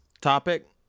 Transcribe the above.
topic